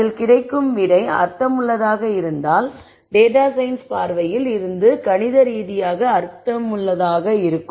அதில் கிடைக்கும் விடை அர்த்தமுள்ளதாக இருந்தால் டேட்டா சயின்ஸ் பார்வையில் இருந்து கணித ரீதியாக அர்த்தமுள்ளதாக இருக்கும்